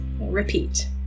repeat